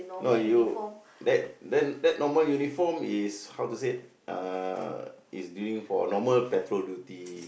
no you that that that normal uniform is how to say ah is dealing for normal petrol duty